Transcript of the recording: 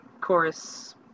chorus